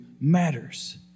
matters